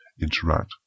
interact